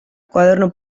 koaderno